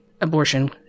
abortion